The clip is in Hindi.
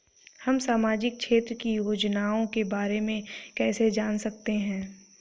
हम सामाजिक क्षेत्र की योजनाओं के बारे में कैसे जान सकते हैं?